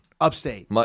Upstate